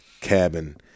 cabin